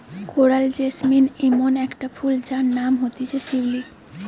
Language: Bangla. কোরাল জেসমিন ইমন একটা ফুল যার নাম হতিছে শিউলি